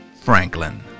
Franklin